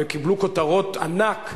וקיבלו כותרות ענק,